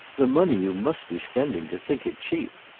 the money you must be spending to think it cheap!